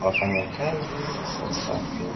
wafanyakazi wa usafi.